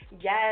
yes